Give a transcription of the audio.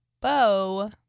bow